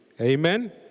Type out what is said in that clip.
Amen